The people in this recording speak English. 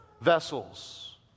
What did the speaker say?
vessels